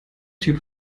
typ